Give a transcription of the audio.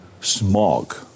smog